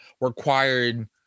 required